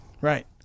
Right